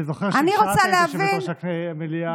אני זוכר שכשאת היית יושבת-ראש המליאה עמדת,